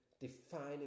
defining